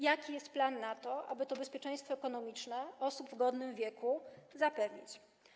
Jaki jest plan, aby to bezpieczeństwo ekonomiczne osób w godnym wieku zapewnić?